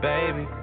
Baby